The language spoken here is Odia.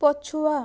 ପଛୁଆ